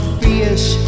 fierce